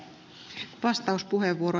arvoisa puhemies